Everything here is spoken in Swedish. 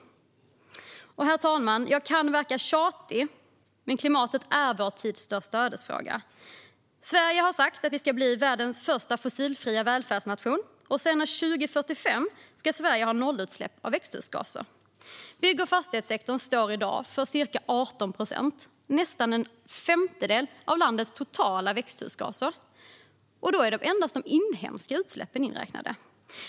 Herr talman! Jag kan verka tjatig, men klimatet är vår tids största ödesfråga. Sverige har sagt att vi ska bli världens första fossilfria välfärdsnation, och senast 2045 ska Sverige ha nollutsläpp av växthusgaser. Bygg och fastighetssektorn står i dag för ca 18 procent - nästan en femtedel - av landets totala växthusgaser, och då är endast de inhemska utsläppen inräknade.